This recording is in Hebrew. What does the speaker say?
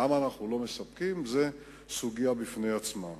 למה אנו לא מספקים, זאת סוגיה בפני עצמה.